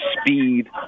speed